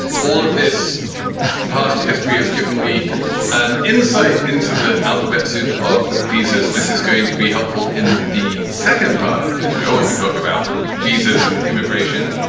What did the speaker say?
all of this past history has given me an insight into the alphabet soup of visas. this is going to be helpful in the second part of this show when we talk about visas and immigration.